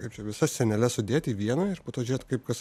kaip čia visas seneles sudėt į vieną ir po to žiūrėt kaip kas